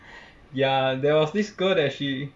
ya there was this girl that she